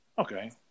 Okay